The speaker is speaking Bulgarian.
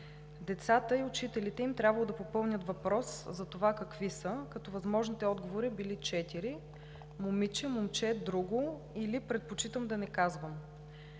Децата и учителите им трябвало да попълнят въпрос за това какви са, като възможните отговори били четири – момиче, момче, друго или предпочитам да не казвам.